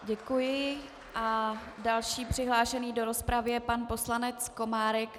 Děkuji a další přihlášený do rozpravy je pan poslanec Komárek.